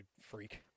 freak